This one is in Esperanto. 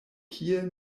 kie